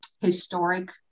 historic